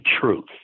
truth